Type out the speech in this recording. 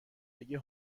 بگه